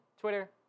Twitter